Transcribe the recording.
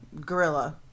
gorilla